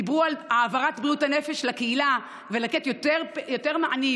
דיברו על העברת בריאות הנפש לקהילה ועל לתת יותר מענים,